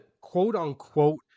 quote-unquote